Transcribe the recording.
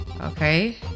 Okay